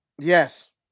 Yes